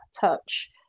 touch